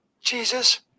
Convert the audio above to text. Jesus